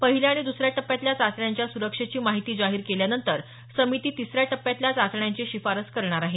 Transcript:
पहिल्या आणि दुसऱ्या टप्प्यातल्या चाचण्यांच्या सुरक्षेची माहिती जाहीर केल्यानंतर समिती तिसऱ्या टप्प्यातल्या चाचण्यांची शिफारस करणार आहे